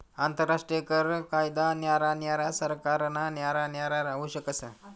आंतरराष्ट्रीय कर कायदा न्यारा न्यारा सरकारना न्यारा न्यारा राहू शकस